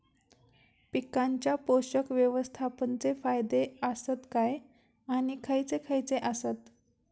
पीकांच्या पोषक व्यवस्थापन चे फायदे आसत काय आणि खैयचे खैयचे आसत?